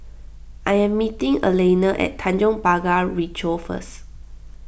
I am meeting Alaina at Tanjong Pagar Ricoh First